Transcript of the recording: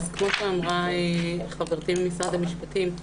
כמו שאמרה חברתי ממשרד המשפטים.